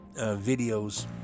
videos